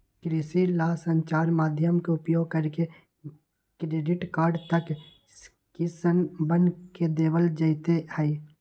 कृषि ला संचार माध्यम के उपयोग करके क्रेडिट कार्ड तक किसनवन के देवल जयते हई